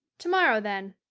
tomorrow, then,